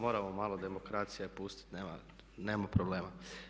Moramo malo demokracije pustiti, nema problema.